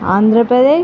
Andhra Pradesh